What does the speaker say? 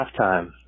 halftime